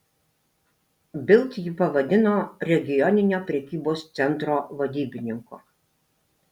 bild jį pavadino regioninio prekybos centro vadybininku